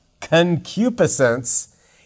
concupiscence